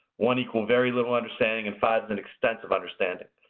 one equal very little understanding and five is an extensive understanding.